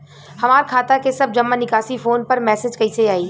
हमार खाता के सब जमा निकासी फोन पर मैसेज कैसे आई?